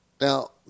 Now